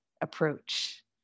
approach